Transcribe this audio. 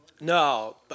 No